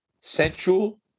sensual